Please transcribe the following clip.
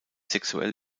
sexuell